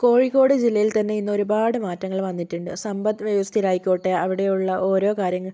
കോഴിക്കോട് ജില്ലയില് തന്നെ ഇന്നൊരുപാട് മാറ്റങ്ങള് വന്നിട്ടുണ്ട് സമ്പത്ത് വ്യവസ്ഥയിലായിക്കോട്ടേ അവിടെയുള്ള ഓരോ കാര്യങ്ങ